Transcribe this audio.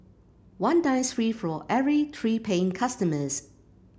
one dines free for every three paying customers